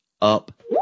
up